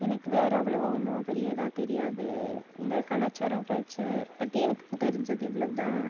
எனக்கு வேறு அவ்வளவாக ஒன்றும் பெரிய இதாக தெரியாது இந்த கலாச்சாரம் கல்ச்சர் பற்றி எனக்கு தெரிஞ்சது இவ்வளவுதான்